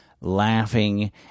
laughing